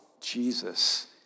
Jesus